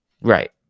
Right